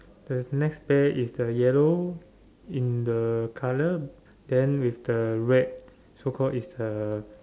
the next bear is the yellow in the colour then with the red so called if the